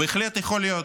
בהחלט יכול להיות.